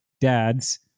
dads